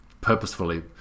purposefully